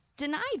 Denied